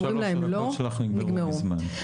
שלוש הדקות שלך נגמרו מזמן.